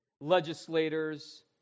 legislators